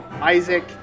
Isaac